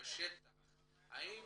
בשטח אתם